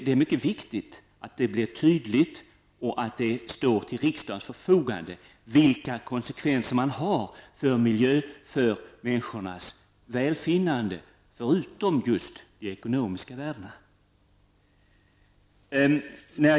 Det är viktigt att det framgår tydligt och står till riksdagens förfogande de konsekvenser som kan uppkomma för miljön när det gäller människors välbefinnande förutom just de ekonomiska värdena.